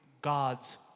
God's